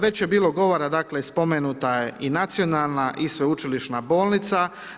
Već je bilo govora, dakle, spomenuta je i Nacionalna i sveučilišna bolnica.